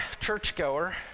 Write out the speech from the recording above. churchgoer